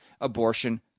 abortion